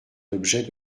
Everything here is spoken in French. l’objet